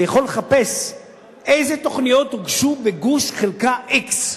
אני יכול לחפש איזה תוכניות הוגשו בגוש וחלקה x,